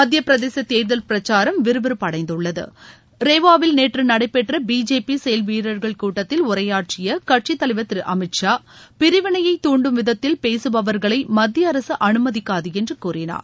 மத்தியப்பிரதேச தேர்தல் பிரச்சாரம் விறுவிறுப்பு அடைந்துள்ளது ரேவாவில் நேற்று நடைபெற்ற பி ஜே பி செயல்வீரர்கள் கூட்டத்தில் உரையாற்றிய கட்சி தலைவர் திரு அமித்ஷா பிரிவினையை துண்டும் விதத்தில் பேசுபவர்களை மத்திய அரசு அனுமதிக்காது என்று கூறினார்